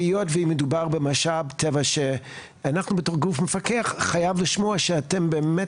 היות ומדובר במשאב טבע שאנחנו בתור גוף מפקח חייב לשמוע שאתם באמת